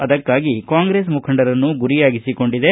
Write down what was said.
ಅದಕ್ಕಾಗಿ ಕಾಂಗ್ರೆಸ್ ಮುಖಂಡರನ್ನು ಗುರಿಯಾಗಿಸಿಕೊಂಡಿದೆ